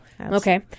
Okay